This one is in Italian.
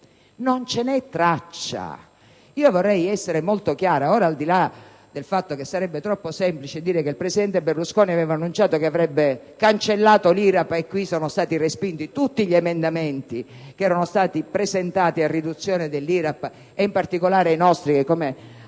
Non ce n'è traccia, vorrei essere molto chiara su questo. Sarebbe troppo semplice dire che il presidente Berlusconi aveva annunciato che avrebbe cancellato l'IRAP e qui sono stati respinti tutti gli emendamenti che erano stati presentati a riduzione dell'IRAP, e in particolare quelli del mio